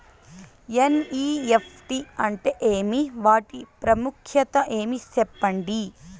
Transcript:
NEFT అంటే ఏమి వాటి ప్రాముఖ్యత ఏమి? సెప్పండి?